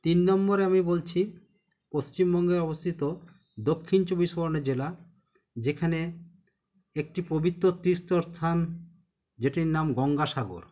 তিন নম্বরে আমি বলছি পশ্চিমবঙ্গে অবস্থিত দক্ষিণ চব্বিশ পরগনা জেলা যেখানে একটি পবিত্র তীর্থ স্থান যেটির নাম গঙ্গাসাগর